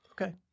Okay